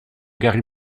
gary